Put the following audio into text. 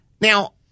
Now